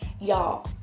Y'all